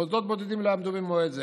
מוסדות בודדים לא עמדו במועד זה.